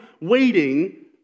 waiting